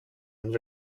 and